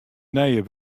nije